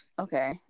Okay